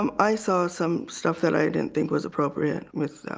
um i saw some stuff that i didn't think was appropriate with.